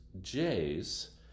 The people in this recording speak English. J's